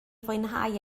fwynhau